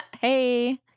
hey